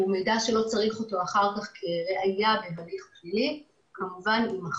שהוא מידע שלא צריך אותו אחר כך כראיה בהליך פלילי יימחק כמובן.